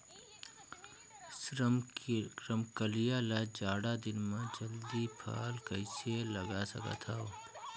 रमकलिया ल जाड़ा दिन म जल्दी फल कइसे लगा सकथव?